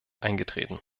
eingetreten